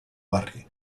barri